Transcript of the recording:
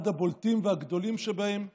הבולטים והגדולים שבהם הם